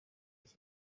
iki